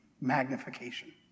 magnification